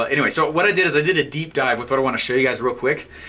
ah anyway, so what i did is i did a deep dive with what i wanna show you guys real quick.